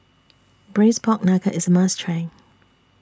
Braised Pork Knuckle IS A must Try